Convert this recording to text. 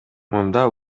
мында